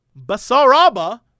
Basaraba